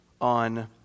on